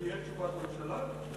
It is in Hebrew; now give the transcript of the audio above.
תהיה תשובת ממשלה?